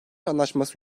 anlaşması